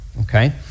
okay